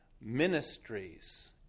ministries